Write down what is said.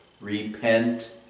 Repent